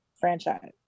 franchise